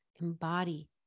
embody